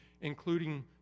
including